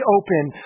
open